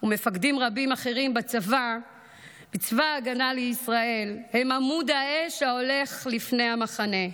ומפקדים רבים אחרים בצבא ההגנה לישראל הם עמוד האש ההולך לפני המחנה;